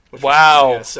Wow